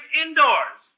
indoors